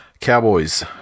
Cowboys